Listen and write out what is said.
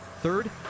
Third